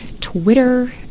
Twitter